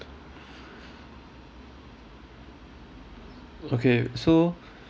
okay so